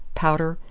powder,